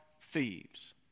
thieves